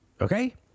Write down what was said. Okay